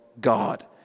God